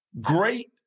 great